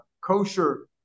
kosher